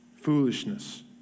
foolishness